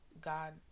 god